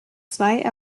zwei